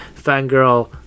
Fangirl